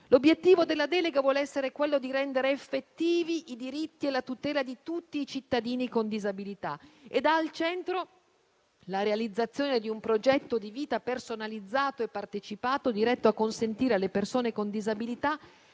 L'obiettivo della delega vuole essere quello di rendere effettivi i diritti e la tutela di tutti i cittadini con disabilità e ha al centro la realizzazione di un progetto di vita personalizzato e partecipato, diretto a consentire alle persone con disabilità